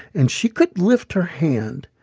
and she could lift her hand,